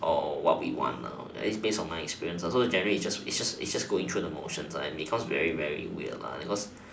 or what we want is based on my experience so generally is just is just is just going through the motions and it becomes very very weird because